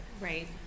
Right